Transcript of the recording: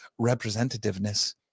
Representativeness